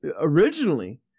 originally